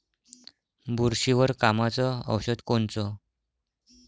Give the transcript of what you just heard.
बुरशीवर कामाचं औषध कोनचं?